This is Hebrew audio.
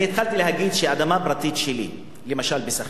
אני התחלתי להגיד שאדמה פרטית שלי, למשל בסח'נין,